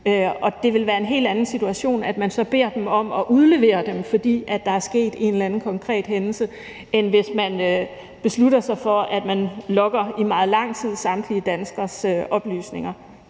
Og det vil være en helt anden situation, at man så beder dem om at udlevere dem, fordi der er sket en eller anden konkret hændelse, end hvis man beslutter sig for, at man i meget lang tid logger samtlige danskeres oplysninger.